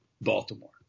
Baltimore